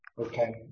Okay